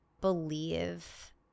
believe